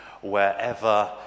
wherever